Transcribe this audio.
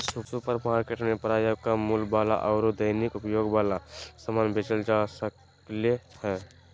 supermarket में प्रायः कम मूल्य वाला आरो दैनिक उपयोग वाला समान बेचल जा सक्ले हें